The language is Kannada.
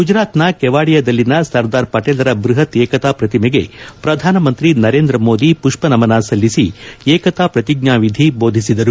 ಗುಜರಾತ್ನ ಕೆವಾಡಿಯಾದಲ್ಲಿನ ಸರ್ದಾರ್ ಪಟೇಲರ ಬೃಹತ್ ಏಕತಾ ಪ್ರತಿಮೆಗೆ ಶ್ರಧಾನಮಂತ್ರಿ ನರೇಂದ್ರ ಮೋದಿ ಪುಪ್ಪನಮನ ಸಲ್ಲಿಸಿ ಏಕತಾ ಪ್ರತಿಜ್ಞಾವಿಧಿ ಬೋಧಿಸಿದರು